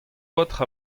baotr